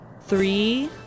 Three